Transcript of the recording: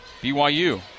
BYU